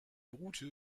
route